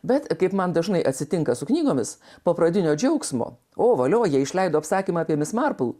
bet kaip man dažnai atsitinka su knygomis po pradinio džiaugsmo o valio jie išleido apsakymą apie mis marpl